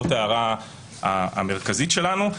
זאת ההערה המרכזית שלנו.